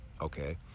okay